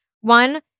One